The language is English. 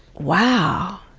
wow,